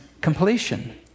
completion